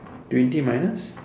twenty minus